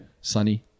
sunny